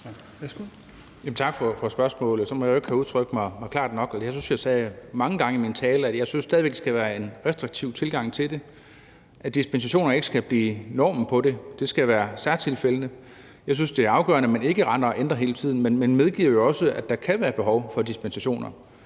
at jeg stadig væk synes, at der skal være en restriktiv tilgang til det. Dispensationer skal ikke være normen, men det skal være særtilfælde. Jeg synes, at det er afgørende, at man ikke render og ændrer hele tiden, men medgiver jo også, at der kan være behov for dispensationer.